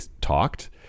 talked